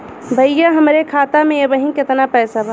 भईया हमरे खाता में अबहीं केतना पैसा बा?